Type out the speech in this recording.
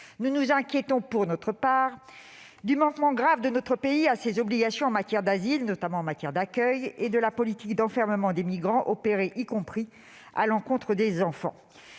nous nous préoccupons, pour notre part, du manquement grave de notre pays à ses obligations en matière d'asile, notamment en matière d'accueil, et de la politique d'enfermement des migrants, opérée également à l'encontre des enfants.